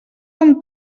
amb